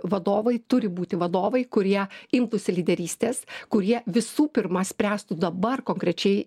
vadovai turi būti vadovai kurie imtųsi lyderystės kurie visų pirma spręstų dabar konkrečiai